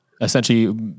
Essentially